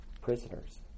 prisoners